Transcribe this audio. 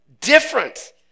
different